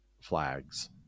flags